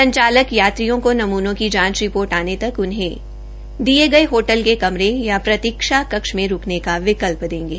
संचालक यात्रियों को नमुनों की जांच रिपोर्ट आने तक उन्हें दिये गये होटल के कमले या प्रतीक्षा कक्ष में रूकने का विकल्प देंगे